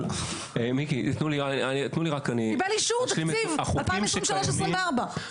זה באישור התקציב לשנת 2023 - 2024.